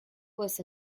was